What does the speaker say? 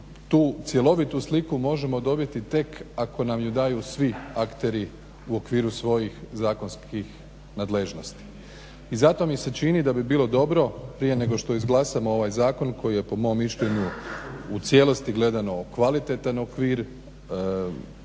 tu cjelovitu sliku možemo dobiti tek ako nam ju daju svi akteri u okviru svojih zakonskih nadležnosti. I zato mi se čini da bi bilo dobro prije nego što izglasamo ovaj zakon koji je po mom mišljenju u cijelosti gledano kvalitetan okvir